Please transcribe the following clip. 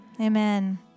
amen